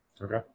okay